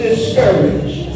discouraged